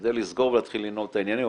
כדי לסגור ולהתחיל לנעול את העניינים,